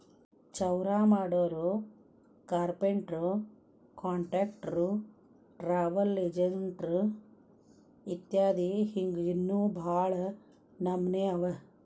ಚೌರಾಮಾಡೊರು, ಕಾರ್ಪೆನ್ಟ್ರು, ಕಾನ್ಟ್ರಕ್ಟ್ರು, ಟ್ರಾವಲ್ ಎಜೆನ್ಟ್ ಇತ್ಯದಿ ಹಿಂಗ್ ಇನ್ನೋ ಭಾಳ್ ನಮ್ನೇವ್ ಅವ